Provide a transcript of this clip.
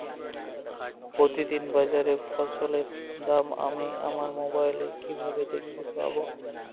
প্রতিদিন বাজারে ফসলের দাম আমি আমার মোবাইলে কিভাবে দেখতে পাব?